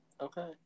Okay